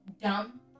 Dumb